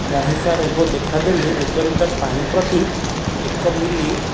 ମହିଷା ରୋଗ ଦେଖାଦେଲେ ଏକ ଲିଟର୍ ପାଣି ପ୍ରତି ଏକ ମିଲି